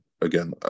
again